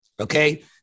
Okay